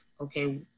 okay